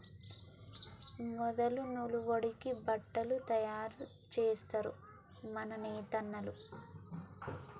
మొదలు నూలు వడికి బట్టలు తయారు జేస్తరు మన నేతన్నలు